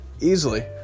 easily